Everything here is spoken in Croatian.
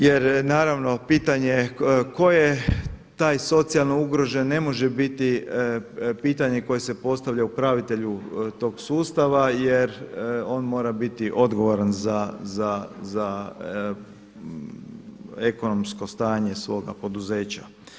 Jer, naravno pitanje je tko je taj socijalno ugroženi, ne može biti pitanje koje se postavlja upravitelju tog sustava jer on mora biti odgovoran za ekonomsko stanje svoga poduzeća.